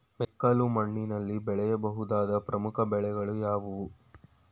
ಮೆಕ್ಕಲು ಮಣ್ಣಿನಲ್ಲಿ ಬೆಳೆಯ ಬಹುದಾದ ಪ್ರಮುಖ ಬೆಳೆಗಳು ಯಾವುವು?